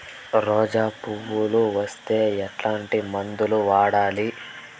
రోజా పువ్వులు వస్తే ఎట్లాంటి మందులు వాడాలి?